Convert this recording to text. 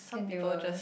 then they were